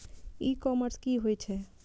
ई commerce की होए छै?